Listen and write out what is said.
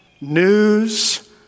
News